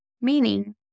Meaning